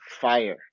Fire